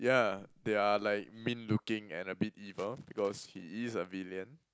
ya they are like mean looking and a bit evil because he is a villain